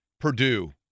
Purdue